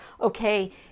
okay